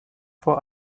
vor